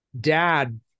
dad